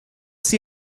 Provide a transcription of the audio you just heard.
see